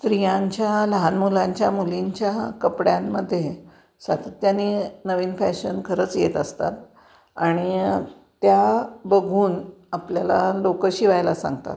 स्त्रियांच्या लहान मुलांच्या मुलींच्या कपड्यांमधे सातत्याने नवीन फॅशन खरंच येत असतात आणि त्या बघून आपल्याला लोकं शिवायला सांगतात